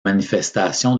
manifestations